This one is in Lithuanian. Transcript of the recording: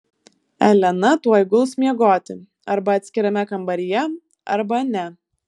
elena tuoj guls miegoti arba atskirame kambaryje arba ne